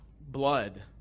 blood